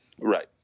Right